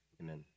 amen